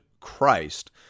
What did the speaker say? Christ